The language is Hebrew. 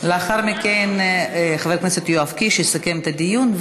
לאחר מכן חבר הכנסת יואב קיש יסכם את הדיון,